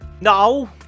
No